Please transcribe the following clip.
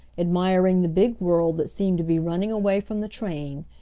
admiring the big world that seemed to be running away from the train,